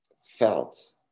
felt